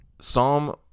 Psalm